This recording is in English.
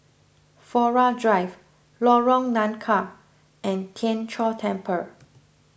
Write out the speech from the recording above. Flora Drive Lorong Nangka and Tien Chor Temple